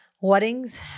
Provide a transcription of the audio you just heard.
Weddings